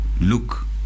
Look